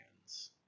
hands